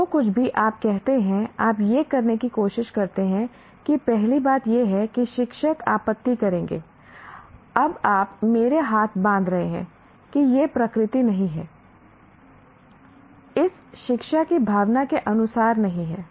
जो कुछ भी आप कहते हैं आप यह करने की कोशिश करते हैं कि पहली बात यह है कि शिक्षक आपत्ति करेंगे अब आप मेरे हाथ बांध रहे हैं कि यह प्रकृति नहीं है इस शिक्षा की भावना के अनुसार नहीं है